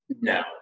No